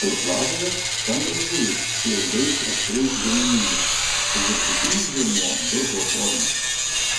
durklažuvės stambios žuvys su ilgais aštriais žiomenimis o viršutinis žiomuo durklo formos